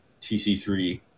TC3